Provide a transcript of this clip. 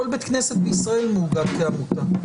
כל בית כנסת בישראל מאוגד כעמותה.